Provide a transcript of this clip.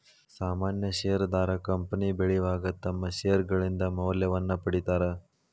ಸಾಮಾನ್ಯ ಷೇರದಾರ ಕಂಪನಿ ಬೆಳಿವಾಗ ತಮ್ಮ್ ಷೇರ್ಗಳಿಂದ ಮೌಲ್ಯವನ್ನ ಪಡೇತಾರ